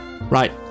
Right